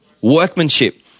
Workmanship